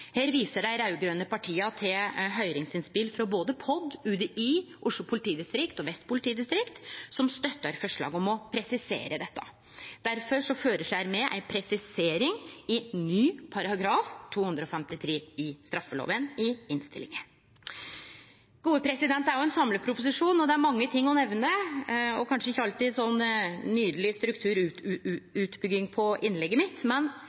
Her viser dei raud-grøne partia til høyringsinnspel frå både Politidirektoratet, UDI, Oslo politidistrikt og Vest politidistrikt, som støttar forslaget om å presisere dette. Derfor føreslår me ei presisering i ny § 253 i straffeloven i innstillinga. Det er jo ein samleproposisjon, og det er mange ting å nemne og kanskje ikkje alltid så nydeleg strukturoppbygging på innlegget mitt, men